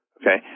Okay